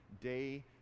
day